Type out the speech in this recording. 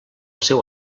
seu